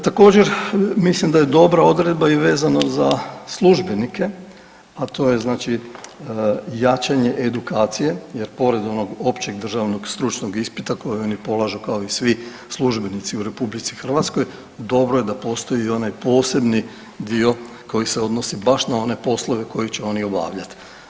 Također mislim da je dobra odredba i vezana za službenike, a to je znači jačanje edukacije jer pored onog općeg državnog stručnog ispita kojeg oni polažu kao i svi službenici u RH dobro je da postoji i onaj posebni dio koji se odnosi baš na one poslove koji će oni obavljat.